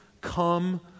come